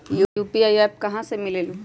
UPI app कहा से मिलेलु?